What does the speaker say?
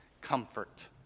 comfort